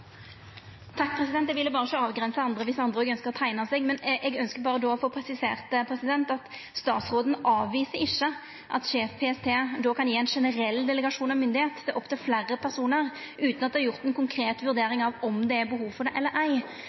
eg gjerne ha det. Hadia Tajik får ordet til replikk. Takk, eg ville berre ikkje avgrensa andre dersom andre òg ønskte å teikna seg. Eg ønskjer berre å få presisert at statsråden ikkje avviser at sjef PST då kan gje ei generell delegering av myndigheit til opp til fleire personar utan at det er gjort ei konkret vurdering av om det er behov for det eller